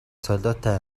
солиотой